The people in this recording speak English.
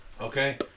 Okay